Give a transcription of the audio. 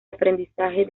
aprendizaje